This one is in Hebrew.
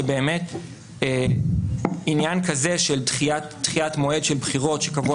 שבאמת עניין כזה של דחיית מועד בחירות שקבוע